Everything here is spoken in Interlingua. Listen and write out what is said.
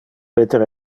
peter